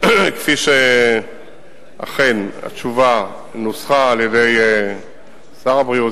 כפי שהתשובה נוסחה על-ידי שר הבריאות,